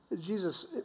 Jesus